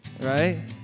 Right